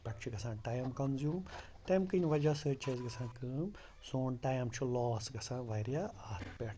پٮ۪ٹھ چھُ گژھان ٹایِم کَنزیوٗم تَمہِ کِنۍ وَجہ سۭتۍ چھِ اَسہِ گژھان کٲم سون ٹایِم چھُ لاس گژھان واریاہ اَتھ پٮ۪ٹھ